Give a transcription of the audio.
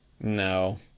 no